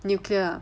nuclear ah